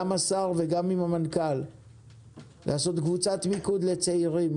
צריך לעשות קבוצת מיקוד לצעירים.